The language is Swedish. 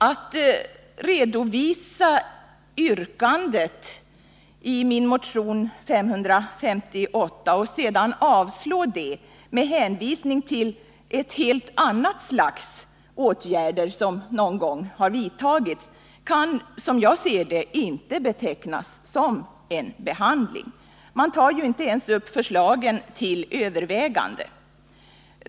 Att bara redovisa yrkandet i min motion 558 och sedan avstyrka den med hänsyn till att ett helt annat slags åtgärder någon gång har vidtagits kan, som jag ser det, inte betecknas som en behandling. Man tar ju inte ens upp förslagen till övervägande.